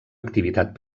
activitat